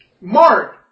Mark